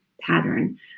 pattern